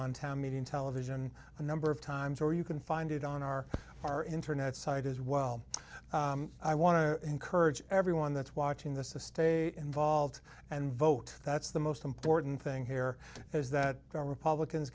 on town meeting television a number of times where you can find it on our our internet site as well i want to encourage everyone that's watching this to stay involved and vote that's the most important thing here is that the republicans